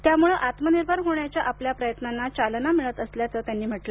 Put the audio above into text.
यामुळे आत्मनिर्भर होण्याच्या आपल्या प्रयत्नांना चालना मिळत असल्याचं ते म्हणाले